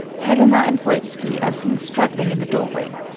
helena and voitski are seen struggling in the doorway.